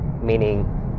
meaning